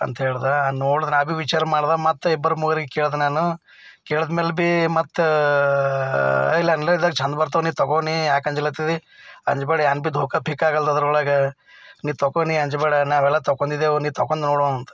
ಅಂತ ಹೇಳಿದ ನೋಡಿದ್ರಾ ಅದೂ ವಿಚಾರ ಮಾಡಿದ ಮತ್ತು ಇಬ್ಬರು ಮೂವರಿಗೆ ಕೇಳಿದ ನಾನು ಕೇಳ್ದ ಮ್ಯಾಲ ಭೀ ಮತ್ತು ಇಲ್ಲ ಆನ್ಲೈನ್ದಾಗ ಚೆಂದ ಬರ್ತವೆ ನೀನು ತಗೋ ನೀನು ಯಾಕೆ ಅಂಜ್ಲತ್ತದಿ ಅಂಜ್ಬೇಡ ಏನು ಭೀ ದೋಖಾ ಪೀಕಾ ಆಗಲ್ಲ ಅದ್ರೊಳಗೆ ನೀನು ತಗೊ ನೀನು ಅಂಜಬೇಡ ನಾವೆಲ್ಲ ತಗೊಂಡಿದ್ದೆವು ನೀನು ತಗೊಂಡು ನೋಡು ಅಂತ